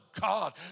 God